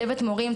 צוות מורים,